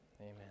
Amen